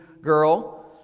girl